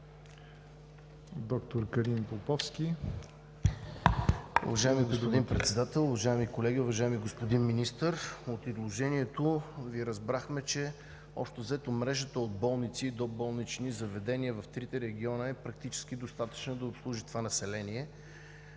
доктор Калин Поповски,